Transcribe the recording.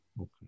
Okay